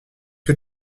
que